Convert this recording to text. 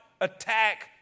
attack